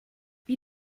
wie